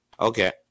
Okay